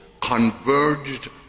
converged